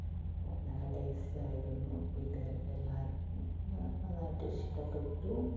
അപ്പോൾ നല്ല ടേസ്റ്റ് ആയിരുന്നു വീട്ടുകാർക്ക് എല്ലാവർക്കും നന്നായിട്ട് ഇഷ്ടപ്പെട്ടു